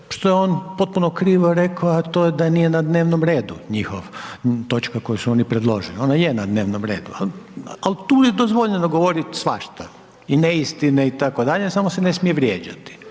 što je on potpuno krivo rekao a to je da nije na dnevnom redu njihov, točka koju su oni predložili, ona je na dnevnom redu, al tu je dozvoljeno govorit svašta i neistine itd., samo se ne smije vrijeđati,